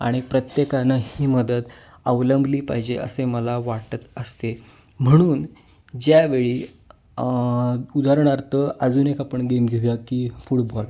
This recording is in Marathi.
आणि प्रत्येकानं ही मदत अवलंबली पाहिजे असे मला वाटत असते म्हणून ज्यावेळी उदाहरणार्थ अजून एक आपण गेम घेऊया की फुटबॉल